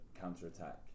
counter-attack